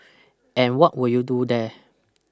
and what will you do there